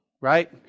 right